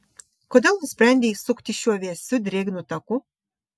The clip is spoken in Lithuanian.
kodėl nusprendei sukti šiuo vėsiu drėgnu taku